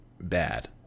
bad